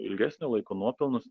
ilgesnio laiko nuopelnus